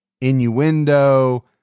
innuendo